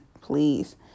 please